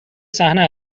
صحنه